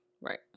Right